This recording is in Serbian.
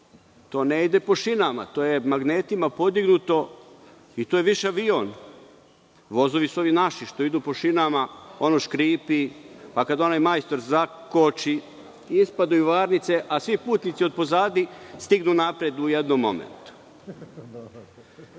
to ne ide po šinama, to je magnetima podignuto i to je više avion. Vozovi su ovi naši što idu po šinama, škripi, pa kad onaj majstor zakoči, ispadaju varnice a svi putnici otpozadi stignu napred u jednom momentu. Kada